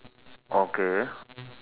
okay